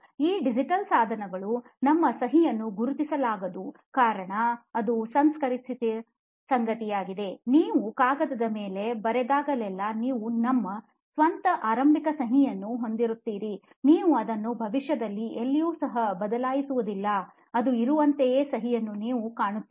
ಈ ಡಿಜಿಟಲ್ ಸಾಧನಗಳು ನಿಮ್ಮ ಸಹಿಯನ್ನು ಗುರುತಿಸಲಾಗದು ಕಾರಣ ಅದು ಸಂಸ್ಕರಿಸಿದ ಸಂಗತಿಯಾಗಿದೆ ನೀವು ಕಾಗದದ ಮೇಲೆ ಬರೆದಾಗಲೆಲ್ಲಾ ನೀವು ನಿಮ್ಮ ಸ್ವಂತ ಆರಂಭಿಕ ಸಹಿಯನ್ನು ಹೊಂದಿರುತ್ತೀರಿ ನೀವು ಅದನ್ನು ಭವಿಷ್ಯದಲ್ಲಿ ಎಲ್ಲಿಯೂ ಸಹ ಬದಲಾಯಿಸುವುದಿಲ್ಲ ಅದು ಇರುವಂತೆಯೇ ಸಹಿಯನ್ನು ನೀವು ಕಾಣುತ್ತೀರಿ